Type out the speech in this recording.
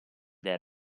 del